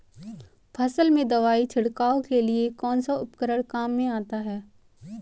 फसल में दवाई छिड़काव के लिए कौनसा उपकरण काम में आता है?